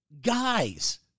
guys